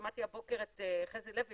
שמעתי הבוקר את חזי לוי,